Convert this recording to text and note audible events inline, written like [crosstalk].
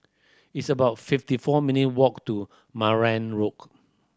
it's about fifty four minute walk to Marang [unintelligible]